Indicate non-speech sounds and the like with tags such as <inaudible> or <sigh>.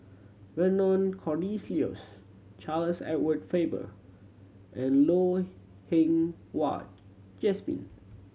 Vernon <unintelligible> Charles Edward Faber and <unintelligible> Wah Jesmine